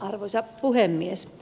arvoisa puhemies